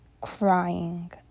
crying